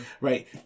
Right